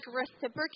reciprocate